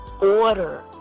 order